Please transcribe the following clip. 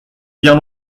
bien